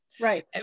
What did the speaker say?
Right